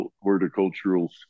horticultural